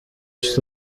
کشید